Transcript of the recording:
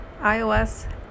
iOS